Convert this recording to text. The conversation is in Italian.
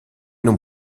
non